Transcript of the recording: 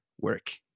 work